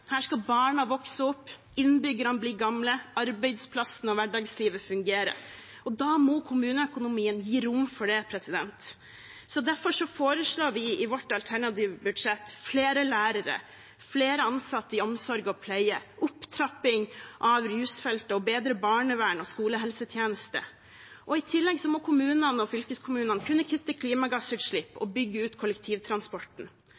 Her skal barna vokse opp, innbyggerne bli gamle, arbeidsplassen og hverdagslivet fungere, og da må kommuneøkonomien gi rom for det. Derfor foreslår vi i vårt alternative budsjett flere lærere, flere ansatte innen omsorg og pleie, opptrapping av rusfeltet og bedre barneverns- og skolehelsetjeneste. I tillegg må kommunene og fylkeskommunene kunne kutte klimagassutslipp